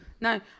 No